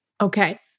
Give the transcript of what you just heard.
Okay